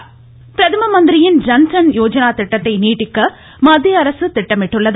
ஜன்தன் யோஜ்னா பிரதம மந்திரியின் ஜன்தன் யோஜ்னா திட்டத்தை நீட்டிக்க மத்திய அரசு திட்டமிட்டுள்ளது